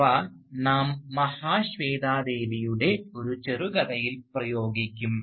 അവ നാം മഹാശ്വേതാദേവിയുടെ ഒരു ചെറുകഥയിൽ പ്രയോഗിക്കും